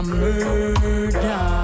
murder